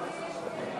לשנת התקציב